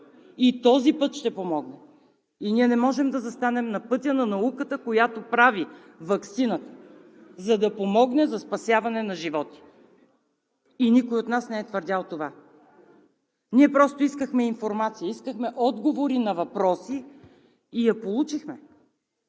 и този път ще помогне. Не можем да застанем на пътя на науката, която прави ваксина, за да помогне за спасяване на животи и никой от нас не е твърдял това. Ние просто искахме информация, искахме отговори на въпроси и я получихме.